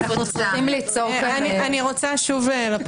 תעשו את הניסוח.